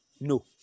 No